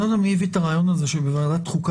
אני לא מבין מי הביא את הרעיון הזה שבוועדת חוקה